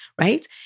right